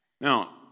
Now